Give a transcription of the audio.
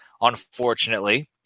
unfortunately